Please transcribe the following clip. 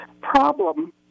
problem